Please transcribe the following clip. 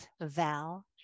Val